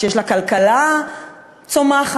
שיש לה כלכלה צומחת,